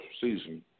season